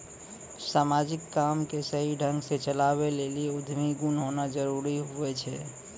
समाजिक काम के सही ढंग से चलावै लेली उद्यमी गुण होना जरूरी हुवै छै